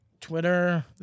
Twitter